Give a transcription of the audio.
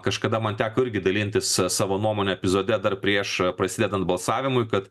kažkada man teko irgi dalintis savo nuomone epizode dar prieš prasidedant balsavimui kad